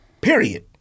period